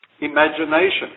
imagination